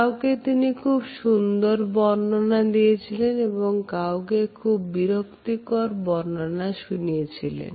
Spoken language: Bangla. কাউকে তিনি খুব সুন্দর বর্ণনা দিয়েছিলেন এবংকাউকে খুব বিরক্তিকর বর্ণনা শুনিয়েছিলেন